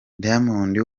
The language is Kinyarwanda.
diamond